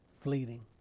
fleeting